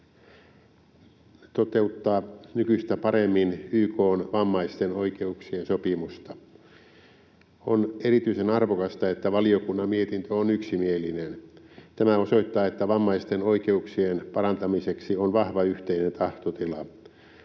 on toteuttaa nykyistä paremmin YK:n vammaisten oikeuksien sopimusta. On erityisen arvokasta, että valiokunnan mietintö on yksimielinen. Tämä osoittaa, että vammaisten oikeuksien parantamiseksi on vahva yhteinen tahtotila.